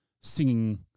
singing